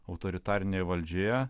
autoritarinėje valdžioje